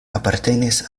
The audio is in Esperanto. apartenis